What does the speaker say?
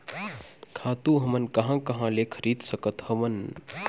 खातु हमन कहां कहा ले खरीद सकत हवन?